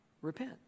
repent